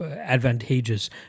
advantageous